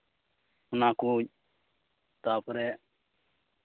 ᱚᱱᱟ ᱠᱚ ᱛᱟᱨᱯᱚᱨᱮ